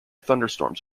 thunderstorms